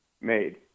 made